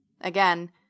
Again